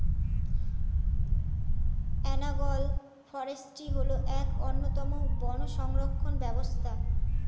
analogue forestry হল এক অন্যতম বন সংরক্ষণ ব্যবস্থা